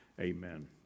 Amen